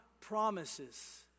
promises